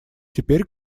теперь